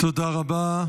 תודה רבה.